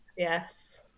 yes